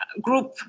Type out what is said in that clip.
group